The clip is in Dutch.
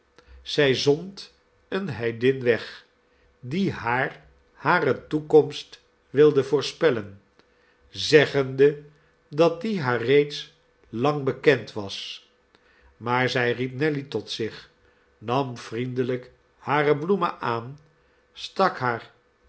zij zond eene heidin weg die haar hare toekomst wilde voorspellen zeggende dat die haar reeds lang bekend was maar zij riep nelly tot zich nam vriendelijk hare bloemen aan stak haar